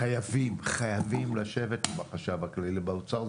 חייבים לשבת עם החשב הכללי באוצר.